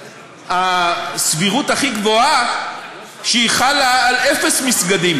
הסבירות הכי גבוהה שהיא חלה על אפס מסגדים.